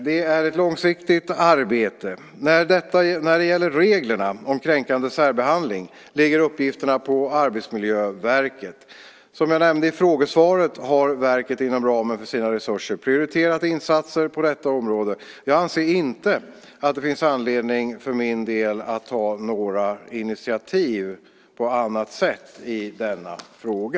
Detta är ett långsiktigt arbete. När det gäller reglerna om kränkande särbehandling ligger uppgiften på Arbetsmiljöverket. Som jag nämnde i frågesvaret har verket inom ramen för sina resurser prioriterat insatser på detta område. Jag anser inte att det finns anledning för min del att ta några initiativ på annat sätt i denna fråga.